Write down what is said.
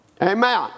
Amen